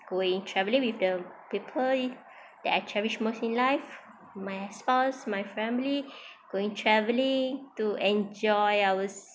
going travelling with the people that I cherish most in life my spouse my family going travelling to enjoy ourself